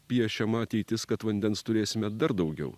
piešiama ateitis kad vandens turėsime dar daugiau